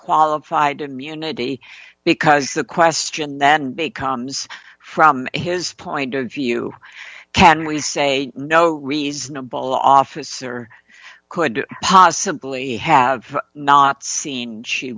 qualified immunity because the question then becomes from his point of view can we say no reasonable officer could possibly have not seen she